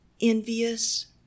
envious